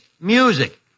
music